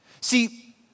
See